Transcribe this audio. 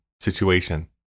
situation